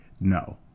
No